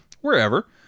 wherever